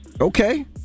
Okay